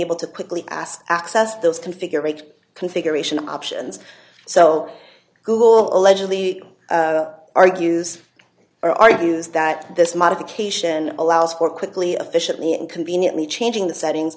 able to quickly ask access those configure rate configuration options so google allegedly argues or argues that this modification allows for quickly officially and conveniently changing the settings